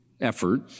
effort